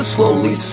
slowly